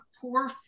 poor